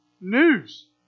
news